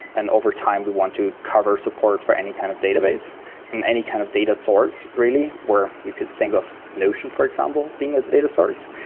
and over time we want to cover support for any kind of database and kind of data source really where you could think of notion, for example, being a data source.